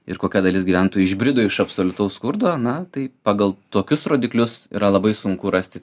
ir kokia dalis gyventojų išbrido iš absoliutaus skurdo na tai pagal tokius rodiklius yra labai sunku rasti